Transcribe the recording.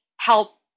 help